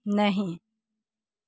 नहि